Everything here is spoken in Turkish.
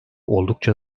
oldukça